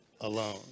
alone